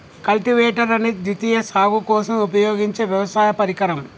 cultivator అనేది ద్వితీయ సాగు కోసం ఉపయోగించే వ్యవసాయ పరికరం